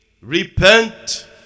repent